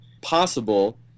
possible